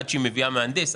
עד שהיא מביאה מהנדס,